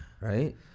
Right